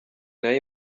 nayo